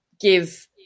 give